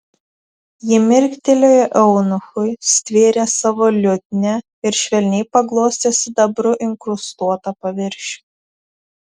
ji mirktelėjo eunuchui stvėrė savo liutnią ir švelniai paglostė sidabru inkrustuotą paviršių